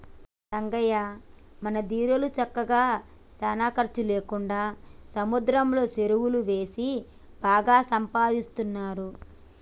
రంగయ్య మన దీరోళ్ళు సక్కగా సానా ఖర్చు లేకుండా సముద్రంలో సెరువులు సేసి బాగా సంపాదిస్తున్నారు